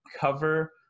cover